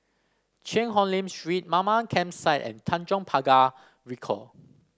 Cheang Hong Lim Street Mamam Campsite and Tanjong Pagar Ricoh